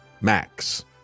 MAX